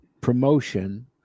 promotion